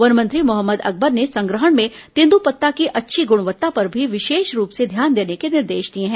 one मंत्री मोहम्मद अकबर ने संग्रहण में तेन्द्रपत्ता की अच्छी गुणवत्ता पर भी विशेष रूप से ध्यान रखने के निर्देश दिए हैं